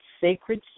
sacred